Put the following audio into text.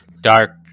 dark